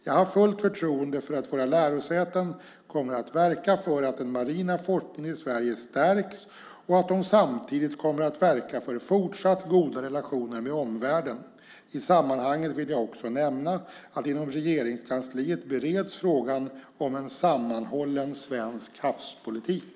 Jag har fullt förtroende för att våra lärosäten kommer att verka för att den marina forskningen i Sverige stärks och att de samtidigt kommer att verka för fortsatt goda relationer med omvärlden. I sammanhanget vill jag också nämna att inom Regeringskansliet bereds frågan om en sammanhållen svensk havspolitik.